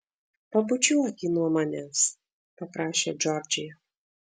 pabučiuok jį nuo manęs paprašė džordžija